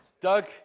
Doug